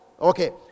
Okay